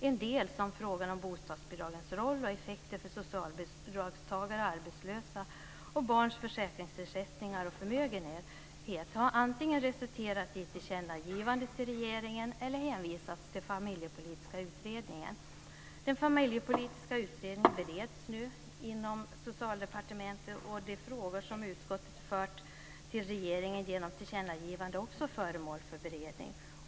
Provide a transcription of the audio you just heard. En del, såsom frågan om bostadsbidragens roll och effekter för socialbidragstagare och arbetslösa och barns försäkringsersättningar och förmögenhet, har antingen resulterat i tillkännagivande till regeringen eller hänvisats till den familjepolitiska utredningen. Den familjepolitiska utredningen bereds nu inom Socialdepartementet, och de frågor som utskottet fört till regeringen genom tillkännagivande är också föremål för beredning.